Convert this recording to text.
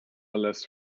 less